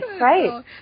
right